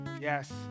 Yes